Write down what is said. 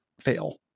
fail